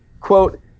Quote